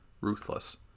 ruthless